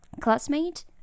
classmate